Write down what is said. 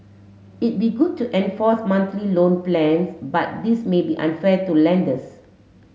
it'd be good to enforce monthly loan plans but this may be unfair to lenders